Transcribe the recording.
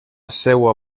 seua